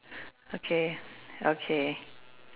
okay okay